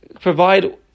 provide